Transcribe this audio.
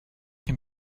can